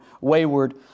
wayward